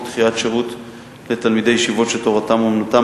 דחיית שירות לתלמידי ישיבות שתורתם אומנותם,